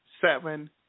seven